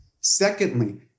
Secondly